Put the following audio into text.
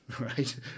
right